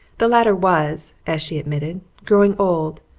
the latter was, as she admitted, growing old,